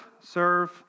serve